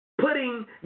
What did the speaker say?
putting